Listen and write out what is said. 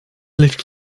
ligt